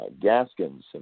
Gaskins